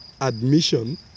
admission